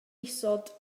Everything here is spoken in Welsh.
isod